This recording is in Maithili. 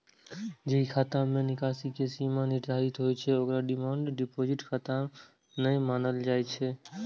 जाहि खाता मे निकासी के सीमा निर्धारित होइ छै, ओकरा डिमांड डिपोजिट खाता नै मानल जाइ छै